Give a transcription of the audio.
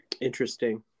Interesting